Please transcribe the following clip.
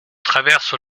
traverse